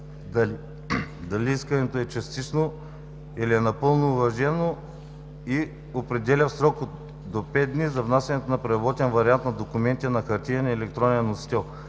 дали искането е частично, или е напълно уважено и определя срок до 5 дни за внасяне на преработен вариант на документите на хартиен и електронен носител